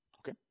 Okay